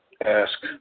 ask